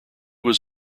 was